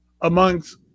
amongst